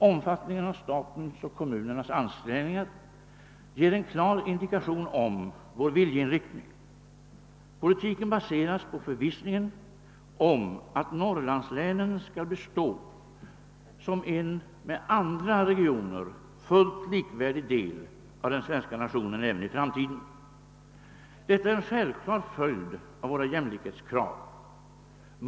Omfattningen av statens och kommunernas ansträngningar ger en klar indikation om vår viljeinriktning. Politiken baseras på förvissningen om att Norrlandslänen skall bestå som en med andra regioner fullt likvärdig del av den svenska nationen även i framtiden. Detta är en självklar följd av våra jämlikhetskrav.